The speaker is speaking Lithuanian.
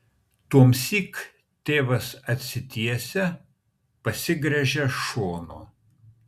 tuomsyk tėvas atsitiesia pasigręžia šonu